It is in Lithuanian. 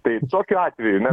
tai tokiu atveju mes